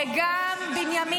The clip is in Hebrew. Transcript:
-- וגם בנימין